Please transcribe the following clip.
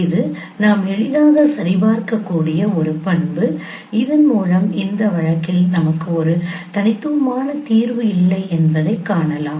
இது நாம் எளிதாக சரிபார்க்கக்கூடிய ஒரு பண்பு இதன் மூலம் இந்த வழக்கில் நமக்கு ஒரு தனித்துவமான தீர்வு இல்லை என்பதைக் காணலாம்